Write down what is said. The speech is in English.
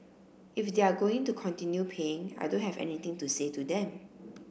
if they're going to continue paying I don't have anything to say to them